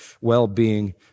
well-being